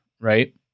right